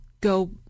go